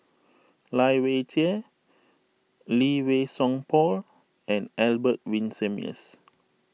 Lai Weijie Lee Wei Song Paul and Albert Winsemius